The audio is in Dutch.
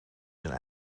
zijn